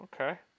okay